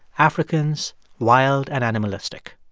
africans wild and animalistic.